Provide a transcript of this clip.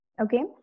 Okay